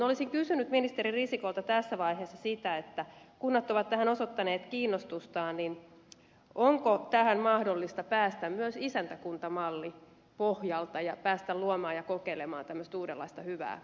olisin kysynyt ministeri risikolta tässä vaiheessa sitä kun kunnat ovat tähän osoittaneet kiinnostustaan onko tähän mahdollista päästä myös isäntäkuntamallipohjalta ja päästä luomaan ja kokeilemaan tämmöistä uudenlaista hyvää yhteistyötä